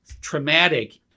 traumatic